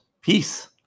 Peace